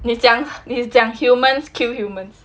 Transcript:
你讲你讲 humans kill humans